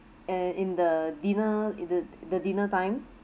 and in the dinner in the the dinner time